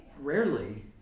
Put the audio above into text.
rarely